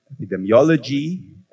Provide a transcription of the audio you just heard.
epidemiology